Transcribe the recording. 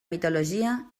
mitologia